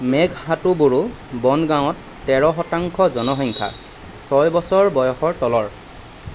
মেঘ হাটু বড়ো বন গাঁৱত তেৰ শতাংশ জনসংখ্যা ছয় বছৰ বয়সৰ তলৰ